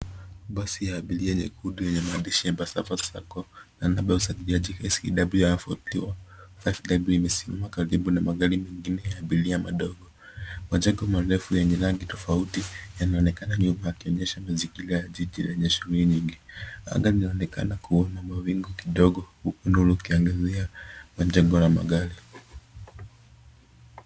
Basi ya abiria nyekundu yenye maandishi ya Mbsassava Sacco na namba ya usajili KCW 14 five W imesimama karibu na magari mengine ya abiria madogo. Majengo marefu yenye rangi tofauti yanaonekana nyuma yakionyesha mazingira ya jiji lenye shughuli nyingi. Anga linaonekana kuwa na mawingu kidogo huku nuru ikiangazia majengo na magari.